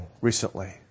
recently